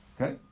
Okay